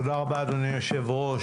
תודה רבה, אדוני היושב-ראש.